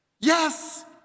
Yes